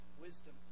wisdom